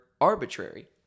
arbitrary